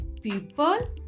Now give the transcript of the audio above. people